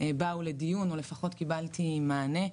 באו לדיון, או לפחות קיבלתי מענה.